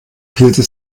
pilze